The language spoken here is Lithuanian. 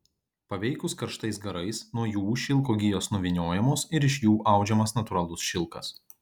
paveikus karštais garais nuo jų šilko gijos nuvyniojamos ir iš jų audžiamas natūralus šilkas